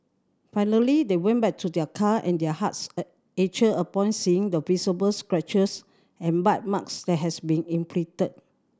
finally they went back to their car and their hearts ached upon seeing the visible scratches and bite marks that had been inflicted